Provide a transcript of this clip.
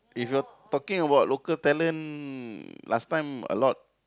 if you are talking about local talent last time a lot